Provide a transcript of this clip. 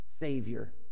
savior